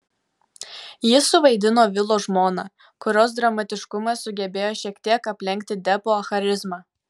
ji suvaidino vilo žmoną kurios dramatiškumas sugebėjo šiek tiek aplenkti depo charizmą